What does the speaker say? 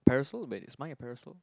parasail wait is mine a parasail